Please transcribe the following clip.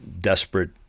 desperate